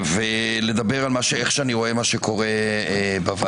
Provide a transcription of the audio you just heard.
ולדבר על איך אני רואה מה שקורה בוועדה.